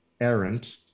errant